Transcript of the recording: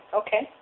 okay